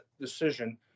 decision